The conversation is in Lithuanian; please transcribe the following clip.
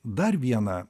dar vieną